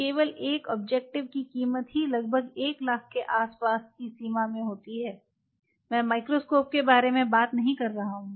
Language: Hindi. केवल एक ऑब्जेक्टिव की कीमत ही लगभग एक लाख के आस पास की सीमा में होती है मैं माइक्रोस्कोप के बारे में बात नहीं कर रहा हूं